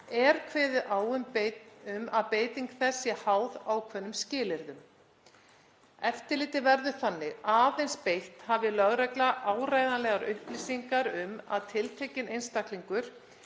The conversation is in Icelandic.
er kveðið á um að beiting þess sé háð ákveðnum skilyrðum. Eftirliti verður þannig aðeins beitt hafi lögregla áreiðanlegar upplýsingar um að tiltekinn einstaklingur